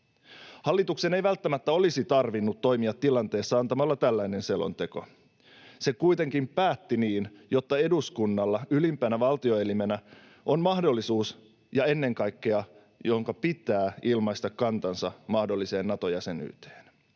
Hallituksen ei välttämättä olisi tarvinnut toimia tilanteessa antamalla tällainen selonteko. Se kuitenkin päätti niin, jotta eduskunnalla ylimpänä valtioelimenä on mahdollisuus ja jonka ennen kaikkea pitää ilmaista kantansa mahdolliseen Nato-jäsenyyteen.